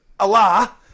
Allah